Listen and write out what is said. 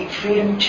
freedom